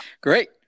Great